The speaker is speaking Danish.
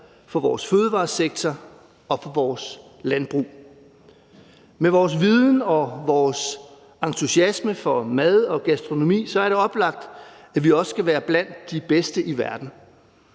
for vores fødevaresektor og for vores landbrug. Med vores viden og vores entusiasme for mad og gastronomi er det oplagt, at vi også skal være blandt de bedste i verden